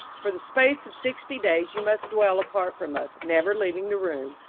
for the space of sixty days you must dwell apart from us, never leaving the room,